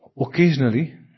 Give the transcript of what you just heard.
Occasionally